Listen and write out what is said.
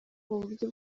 buryo